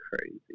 Crazy